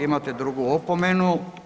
imate drugu opomenu.